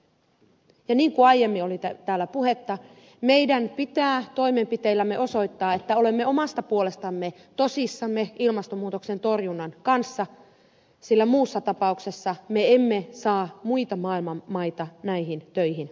niin kun aiemmin oli täällä puhetta meidän pitää toimenpiteillämme osoittaa että olemme omasta puolestamme tosissamme ilmastonmuutoksen torjunnan kanssa sillä muussa tapauksessa me emme saa muita maailman maita näihin töihin mukaan